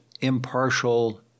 impartial